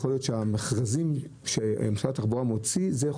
המכרזים שמשרד התחבורה מוציא יכולים